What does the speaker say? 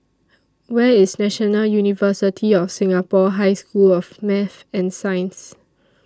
Where IS National University of Singapore High School of Math and Science